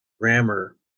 grammar